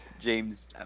James –